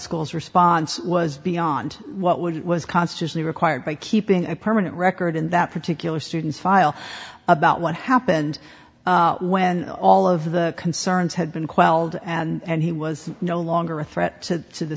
school's response was beyond what would was constantly required by keeping a permanent record in that particular student's file about what happened when all of the concerns had been quelled and he was no longer a threat to t